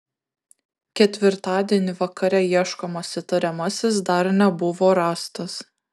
ketvirtadienį vakare ieškomas įtariamasis dar nebuvo rastas